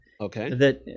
okay